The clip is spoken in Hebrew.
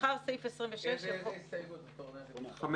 נדחה.